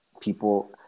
people